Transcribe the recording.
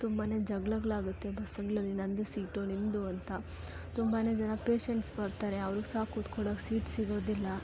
ತುಂಬ ಜಗ್ಳಗ್ಳು ಆಗುತ್ತೆ ಬಸ್ಸಗಳಲ್ಲಿ ನನ್ನದು ಸೀಟು ನಿಮ್ಮದು ಅಂತ ತುಂಬಾ ಜನ ಪೇಷಂಟ್ಸ್ ಬರ್ತಾರೆ ಅವ್ರಿಗ್ ಸಹ ಕೂತ್ಕೊಳಕ್ಕೆ ಸೀಟ್ ಸಿಗೋದಿಲ್ಲ